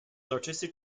artistic